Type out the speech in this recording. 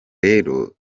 rero